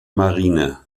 marine